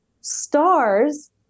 stars